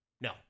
No